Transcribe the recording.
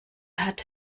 hat